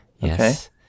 Yes